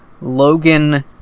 Logan